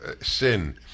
sin